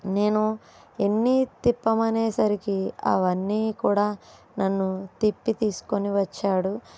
నేను ఎన్ని తిప్పమనేసరికి అవన్నీ కూడా నన్ను తిప్పి తీసుకుని వచ్చాడు